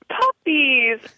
Puppies